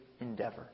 endeavor